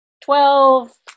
Twelve